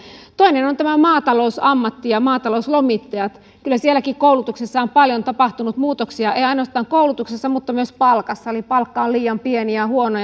toinen on tämä maatalousammatti ja maatalouslomittajat kyllä sielläkin koulutuksessa on paljon tapahtunut muutoksia ei ainoastaan koulutuksessa vaan myös palkassa eli palkka on liian pieni ja huono